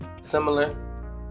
Similar